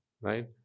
right